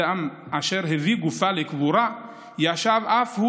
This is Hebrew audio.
אדם אשר הביא גופה לקבורה ישב אף הוא